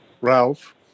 Ralph